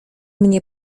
mnie